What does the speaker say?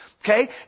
Okay